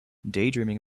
daydreaming